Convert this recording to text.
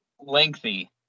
lengthy